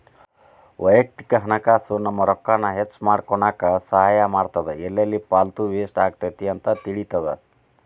ವಯಕ್ತಿಕ ಹಣಕಾಸ್ ನಮ್ಮ ರೊಕ್ಕಾನ ಹೆಚ್ಮಾಡ್ಕೊನಕ ಸಹಾಯ ಮಾಡ್ತದ ಎಲ್ಲೆಲ್ಲಿ ಪಾಲ್ತು ವೇಸ್ಟ್ ಆಗತೈತಿ ಅಂತ ತಿಳಿತದ